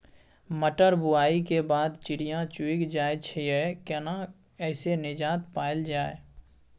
मटर बुआई के बाद चिड़िया चुइग जाय छियै केना ऐसे निजात पायल जाय?